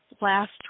last